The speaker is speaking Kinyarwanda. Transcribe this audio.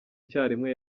icyarimwe